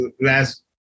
last